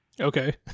Okay